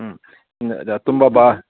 ಹ್ಞೂ ತುಂಬ ಬಾ